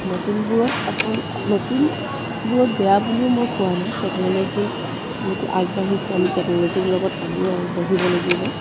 নতুনবোৰত আপোন নতুনবোৰত বেয়া বুলিও মই কোৱা নাই টেকন'লজি যিহেতু আগবাঢ়িছে আমি টেকন'লজিৰ লগত আমিও আগবাঢ়িব লাগিব